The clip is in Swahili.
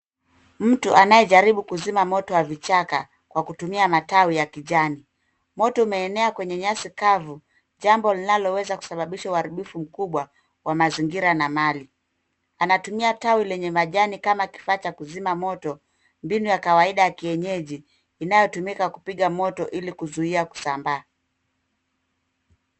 Mtu anayejaribu kuzima moto wa vichaka kwa kutumia matawi ya kijani. Moto umeenea kwenye nyasi kavu jambo linaloweza kusababisha uharibifu mkubwa wa mazingira na mali. Anatumia tawi lenye majani kama kifaa cha kuzima moto. Mbinu ya kawaida ya kienyeji inayotumika kupiga moto ili kuzuia kuzambaa.